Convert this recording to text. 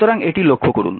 সুতরাং এটি লক্ষ্য করুন